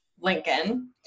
lincoln